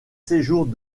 séjours